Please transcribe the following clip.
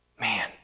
Man